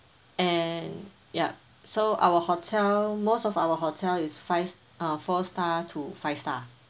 and ya so our hotel most of our hotel is five uh four stars to five stars